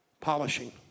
Polishing